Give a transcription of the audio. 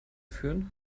führen